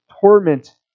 torment